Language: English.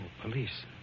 police